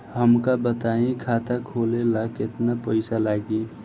हमका बताई खाता खोले ला केतना पईसा लागी?